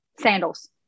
Sandals